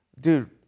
Dude